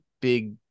big